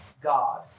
God